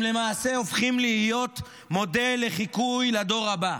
הם למעשה הופכים להיות מודל לחיקוי לדור הבא.